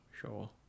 sure